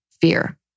fear